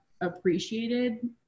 appreciated